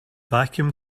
vacuum